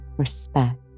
respect